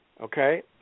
okay